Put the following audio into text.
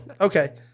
okay